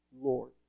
Lord